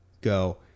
go